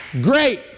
Great